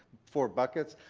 four buckets.